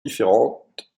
différentes